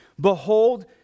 Behold